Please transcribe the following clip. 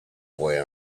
boy